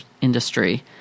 industry